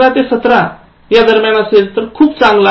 १५ ते १७ खूप चांगला